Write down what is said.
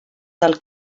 del